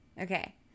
Okay